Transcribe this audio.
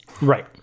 Right